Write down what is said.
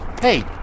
Hey